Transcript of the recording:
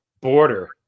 Border